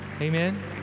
amen